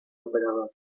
operador